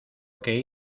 que